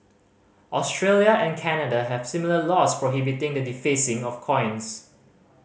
Australia and Canada have similar laws prohibiting the defacing of coins